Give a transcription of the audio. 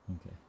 Okay